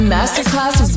Masterclass